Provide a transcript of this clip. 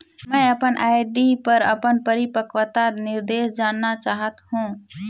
मैं अपन आर.डी पर अपन परिपक्वता निर्देश जानना चाहत हों